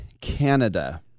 Canada